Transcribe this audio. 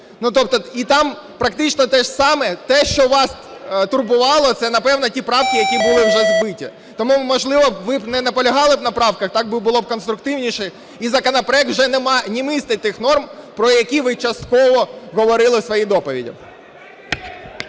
і там практично теж саме, те, що вас турбувало. Це, напевно, ті правки, які були вже збиті. Тому, можливо, ви б не наполягали на правках, так було би конструктивніше. І законопроект вже не містить тих норм, про які ви частково говорили у своїй доповіді.